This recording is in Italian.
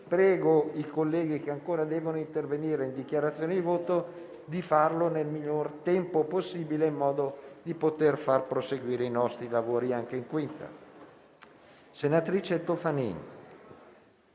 Invito i colleghi che ancora devono intervenire in dichiarazione di voto di farlo nel minor tempo possibile, in modo da far proseguire i nostri lavori anche in 5a Commissione.